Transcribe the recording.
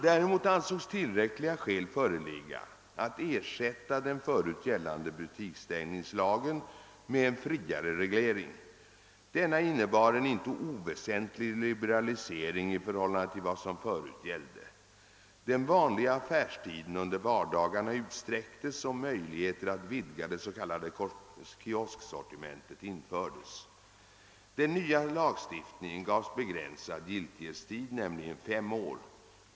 Däremot ansågs tillräckliga skäl föreligga för att ersätta den förut gällande butiksstängningslagen med en friare reglering. Denna innebar en inte oväsentlig liberalisering i förhållande till vad som förut gällde. Den vanliga affärstiden under vardagarna utsträcktes, och möjligheter att vidga det s.k. kiosksortimentet infördes. Den nya lagstiftningen gavs begränsad giltighetstid, nämligen fem år.